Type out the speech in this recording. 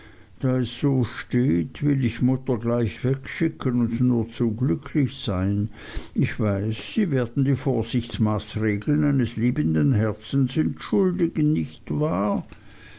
so steht will ich mutter gleich wegschicken und nur zu glücklich sein ich weiß sie werden die vorsichtsmaßregeln eines liebenden herzens entschuldigen nicht wahr